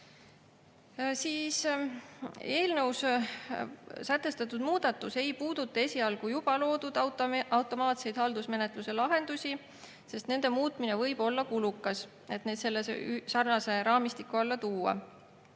Eelnõus sätestatud muudatus ei puuduta esialgu juba loodud automaatseid haldusmenetluse lahendusi, sest nende muutmine võib olla kulukas, et need sarnase raamistiku alla tuua.